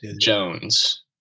Jones